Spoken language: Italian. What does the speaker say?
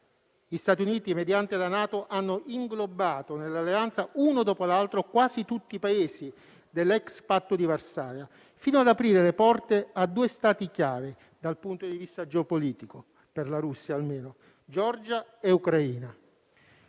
Gli Stati Uniti, mediante la NATO, hanno inglobato nell'Alleanza, uno dopo l'altro, quasi tutti i Paesi dell'ex Patto di Varsavia, fino ad aprire le porte a due Stati chiave dal punto di vista geopolitico per la Russia: Georgia e Ucraina.